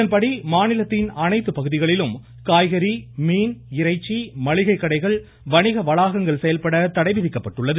இதன்படி மாநிலத்தின் அனைத்து பகுதிகளிலும் காய்கறி மீன் இறைச்சி மளிகை கடைகள் வணிகவளாகங்கள் செயல்பட தடை விதிக்கப்பட்டுள்ளது